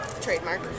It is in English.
trademark